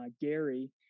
Gary